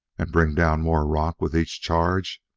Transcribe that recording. and bring down more rock with each charge,